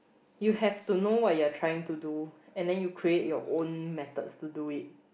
you have to know what you are trying to do and then you create your own methods to it